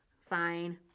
Fine